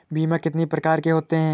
बीमा कितनी प्रकार के होते हैं?